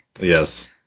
Yes